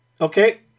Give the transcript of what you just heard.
Okay